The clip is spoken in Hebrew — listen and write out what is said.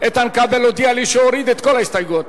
איתן כבל הודיע לי שהוא הוריד את כל ההסתייגויות,